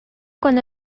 con